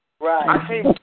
Right